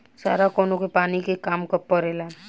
सारा कौनो के पानी के काम परेला